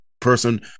person